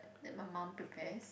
that my mum prepares